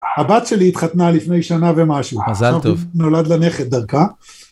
הבת שלי התחתנה לפני שנה ומשהו, מזל טוב. נולד לה נכד דרכה.